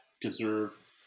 deserve